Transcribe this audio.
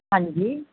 ਹਾਂਜੀ